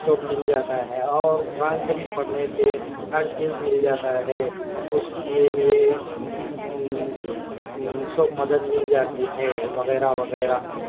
سب مل جاتا ہے اور قرآن شریف پڑھنے سے ہر چیز مل جاتا ہے اس کے لیے کسی سب مدد مل جاتی ہے وغیرہ وغیرہ